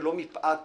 ולא מפאת חשיבותו,